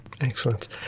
Excellent